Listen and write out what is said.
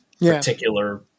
particular